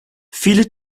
viele